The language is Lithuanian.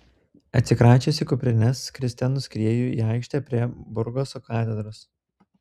atsikračiusi kuprinės skriste nuskrieju į aikštę prie burgoso katedros